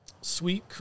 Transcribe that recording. Sweet